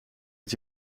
het